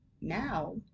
Now